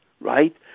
right